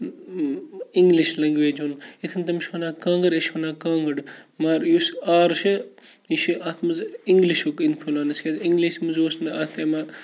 English language ہُنٛد یِتھ کٔنۍ تِم چھِ وَنان کانٛگٕر أسۍ چھِ وَنان کانٛگٕر مگر یُس آر چھُ یہِ چھُ اَتھ منٛز اِنٛگلِشُک اِنفُلَنٕس کیٛازِ اِنٛگلِش منٛز اوس نہٕ اَتھ یِوان